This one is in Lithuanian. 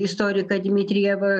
istoriką dimitrijevą